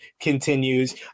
continues